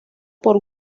por